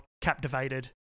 captivated